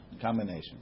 Combination